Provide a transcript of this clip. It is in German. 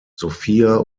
sophia